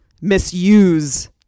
misuse